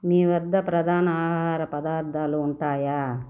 మీవద్ద ప్రధాన ఆహార పదార్థాలు ఉంటాయా